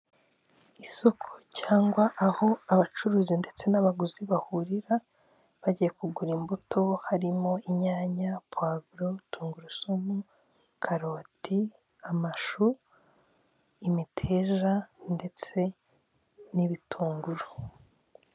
Isoko cyangwa aho abacuruzi ndetse n'abaguzi bahurira bajya kugura imbuto harimo inyanya, povuro, tungurusumu, karoti, amashu, imiteja ndetse n'ibitunguru.